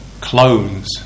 clones